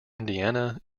indiana